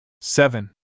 Seven